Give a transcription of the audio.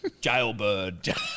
Jailbird